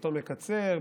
ברצותו מקצר,